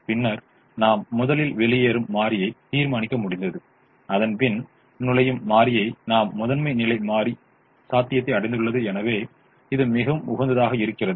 பின்னர் நாம் முதலில் வெளியேறும் மாறியைத் தீர்மானிக்க முடிந்தது அதன்பின் நுழையும் மாறியைத் நாம் முதன்மை நிலை மாறி சாத்தியத்தை அடைந்துள்ளது எனவே இது மிகவும் உகந்ததாக இருக்கிறது